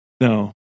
No